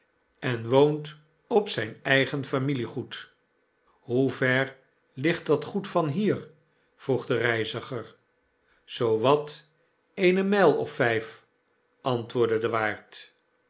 en woont op zijn eigen familiegoed hoe ver ligt dat goed van hier vroeg de reiziger zoo wat eene mjjl of vijf antwoordde de waard